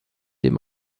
dem